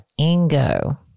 Ingo